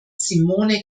simone